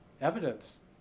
evidence